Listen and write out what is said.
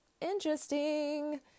Interesting